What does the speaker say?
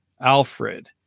Alfred